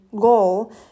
goal